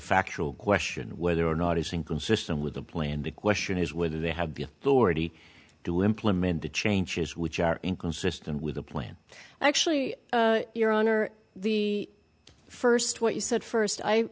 factual question whether or not it's inconsistent with the plan the question is whether they have been already to implement the changes which are inconsistent with the plan actually your honor the first what you said first i